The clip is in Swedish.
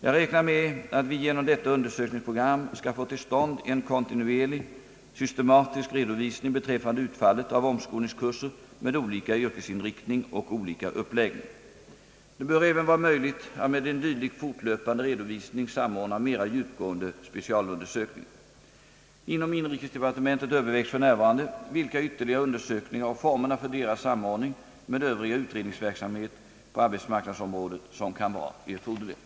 Jag räknar med att vi genom detta undersökningsprogram skall få till stånd en kontinuerlig, systematisk redovisning beträffande utfallet av omskolningskurser med olika yrkesinriktning och olika uppläggning. Det bör även vara möjligt att med en dylik fortlöpande redovisning samordna mera djupgående specialundersökningar. Inom =<:inrikesdepartementet övervägs f. n. vilka ytterligare undersökningar och formerna för deras samordning med övrig utredningsverksamhet på arbetsmarknadsområdet som kan vara erforderliga.